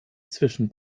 zwischen